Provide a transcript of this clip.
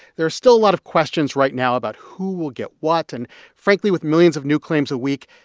there are still a lot of questions right now about who will get what. and frankly, with millions of new claims a week,